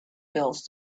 bills